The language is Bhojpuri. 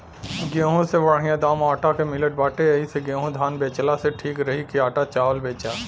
गेंहू से बढ़िया दाम आटा के मिलत बाटे एही से गेंहू धान बेचला से ठीक रही की आटा चावल बेचा